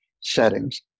settings